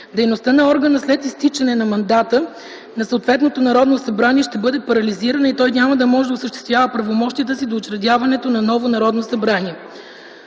Дейността на органа след изтичане на мандата на съответното Народно събрание ще бъде парализирана и той няма да може да осъществява правомощията си до учредяването на ново Народно събрание.